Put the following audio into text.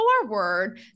forward